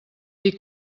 dir